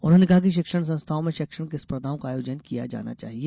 उन्होंने कहा कि शिक्षण संस्थाओं में शैक्षणिक स्पर्धाओं का आयोजन किया जाना चाहिए